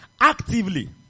Actively